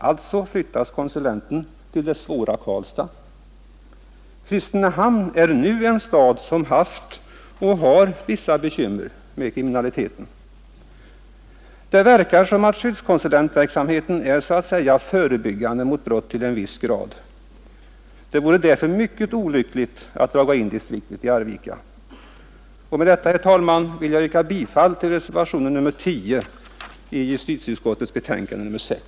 Alltså flyttas konsulenten till det svåra Karlstad. Kristinehamn är nu en stad som haft och har vissa bekymmer med kriminaliteten. Det verkar som om skyddskonsulentverksamheten är så att säga förebyggande mot brott till en viss grad. Det vore därför mycket olyckligt att draga in distriktet i Arvika. Med detta, herr talman, vill jag yrka bifall till reservationen 10 i justitieutskottets betänkande nr 6.